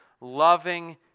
loving